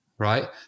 Right